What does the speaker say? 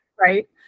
right